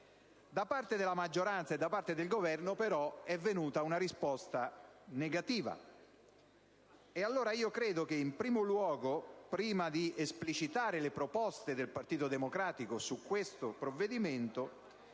Da parte della maggioranza e del Governo però è venuta una risposta negativa. Credo allora che innanzitutto, prima di esplicitare le proposte del Partito Democratico su questo provvedimento,